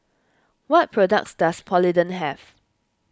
what products does Polident have